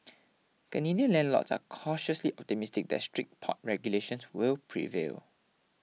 Canadian landlords are cautiously optimistic that strict pot regulations will prevail